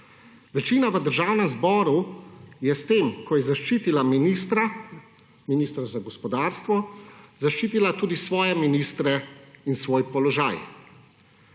Večina v Državnem zboru je s tem, ko je zaščitila ministra za gospodarstvo, zaščitila tudi svoje ministre in svoj položaj,